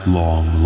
long